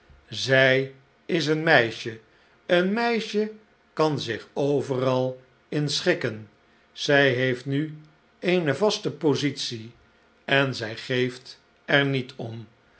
zij is een meisje een meisje kan zich overal in schikken zij heeft nu eene vaste positie en zij geeft er niet om